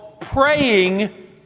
praying